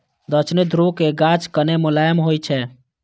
दक्षिणी ध्रुवक गाछ कने मोलायम होइ छै